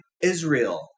Israel